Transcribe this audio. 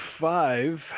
five